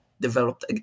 developed